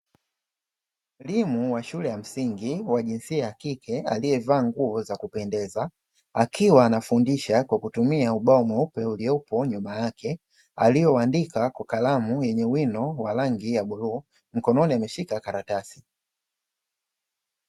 Mwalimu wa shule ya msingi wa jinsia ya kike aliyevaa nguo za kupendeza, akiwa anafundisha kwa kutumia ubao mweupe uliopo nyuma yake aliouandika kwa kalamu yenye wino wa rangi ya bluu, mkononi ameshika karatasi.